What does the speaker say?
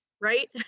right